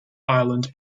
island